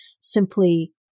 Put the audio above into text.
simply